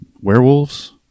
werewolves